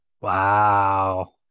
Wow